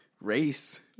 race